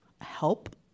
help